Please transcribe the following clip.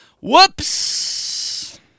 Whoops